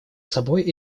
собой